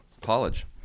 college